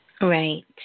Right